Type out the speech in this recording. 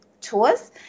tours